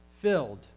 filled